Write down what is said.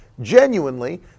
genuinely